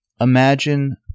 Imagine